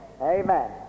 Amen